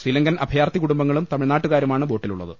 ശ്രീലങ്കൻ അഭ യാർത്ഥി കുടുംബങ്ങളും തമിഴ്നാട്ടുകാരുമാണ് ബോട്ടിലുള്ളത്